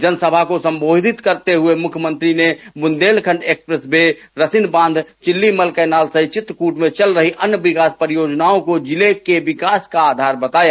जनसभा को सम्बोधित करते हुये मुख्यमंत्री ने बुन्देलखण्ड एक्सप्रेस वे रसिन बाँध चिल्लीमल कैनाल सहित चित्रकूट मे चल रही अन्य विकास परियोजनाओं को जिले के विकास का आधार बताया